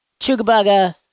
Chugabaga